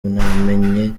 namenye